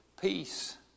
peace